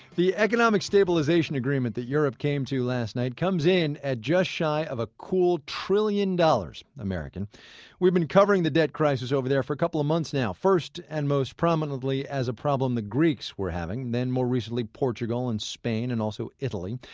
the economic stabilization agreement that europe came to last night comes in at just shy of a cool trillion dollars. we've been covering the debt crisis over there for a couple of months now. first, and most prominently, as a problem the greeks were having. then more recently portugal and spain and also italy.